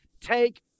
take